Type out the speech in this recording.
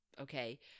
okay